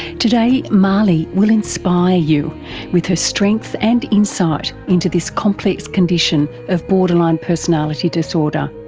today, mahlie will inspire you with her strength and insight into this complex condition of borderline personality disorder.